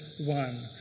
one